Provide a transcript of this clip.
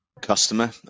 customer